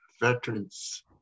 veterans